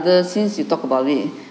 the since you talk about it